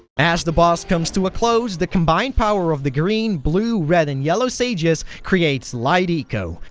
as the boss comes to a close, the combined power of the green, blue, red and yellow sages creates light eco.